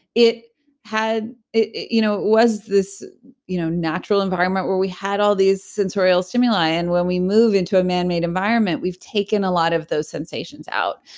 it had. it you know it was this you know natural environment where we had all these sensory ah stimuli and when we move into a man-made environment, we've taken a lot of those sensations out.